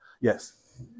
Yes